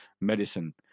medicine